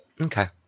Okay